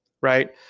right